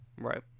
Right